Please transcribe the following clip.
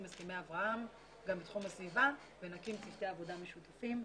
הסכמי אברהם גם בתחום הסביבה ונקים צוותי עבודה משותפים.